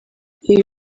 ibi